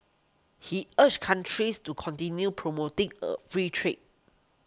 he urged countries to continue promoting a free trade